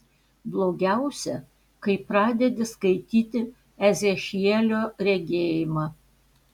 blogiausia kai pradedi skaityti ezechielio regėjimą